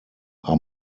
are